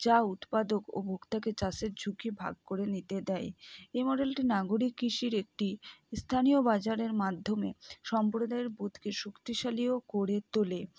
যা উৎপাদক ও ভোক্তাকে চাষের ঝুঁকি ভাগ করে নিতে দেয় এই মডেলটি নাগরিক কৃষির একটি ইস্থানীয় বাজারের মাধ্যমে সম্প্রদায়ের বোধকে শক্তিশালীও করে তোলে